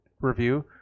review